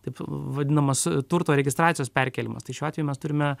taip vadinamas turto registracijos perkėlimas tai šiuo atveju mes turime